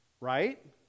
right